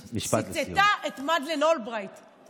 שציטטה את מדלן אולברייט, משפט לסיום.